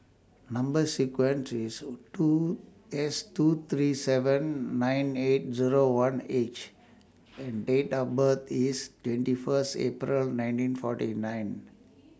Number sequence IS two S two three seven nine eight Zero one H and Date of birth IS twenty First April nineteen forty nine